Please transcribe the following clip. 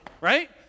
right